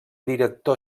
director